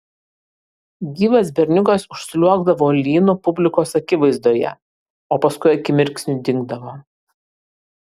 gyvas berniukas užsliuogdavo lynu publikos akivaizdoje o paskui akimirksniu dingdavo